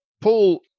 Paul